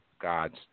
God's